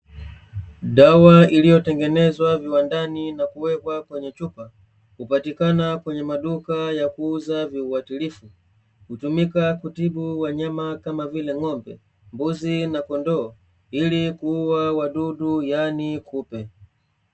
Dawa iliyotengenezwa viwandani na kuwekwa kwenye chupa, hupatikana kwenye maduka ya kuuza viuatilifu, hutumika kutibu wanyama kama vile ng'ombe, mbuzi na kondoo ili kuuwa wadudu yaani kupe.